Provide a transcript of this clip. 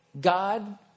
God